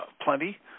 plenty